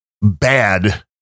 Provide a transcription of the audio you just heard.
bad